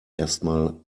erstmal